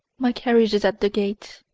my carriage is at the gate.